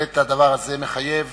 הדבר הזה בהחלט מחייב